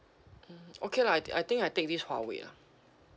hmm okay lah I I think I take this Huawei lah